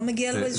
לא מגיע לו פרס.